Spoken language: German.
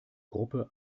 gruppe